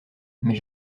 mais